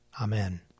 Amen